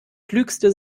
klügste